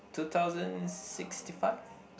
two thousand sixty fix